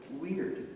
weird